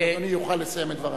הוא יוכל לסיים את דבריו.